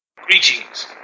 Greetings